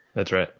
that's right.